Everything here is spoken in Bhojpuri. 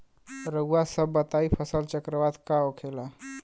रउआ सभ बताई फसल चक्रवात का होखेला?